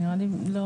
נראה לי חורג